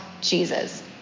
Jesus